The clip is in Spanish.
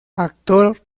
actor